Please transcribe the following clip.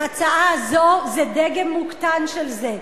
ההצעה הזאת זה דגם מוקטן של זה.